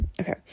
okay